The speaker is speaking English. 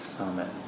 amen